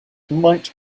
might